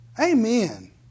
amen